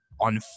on